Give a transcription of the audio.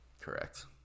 Correct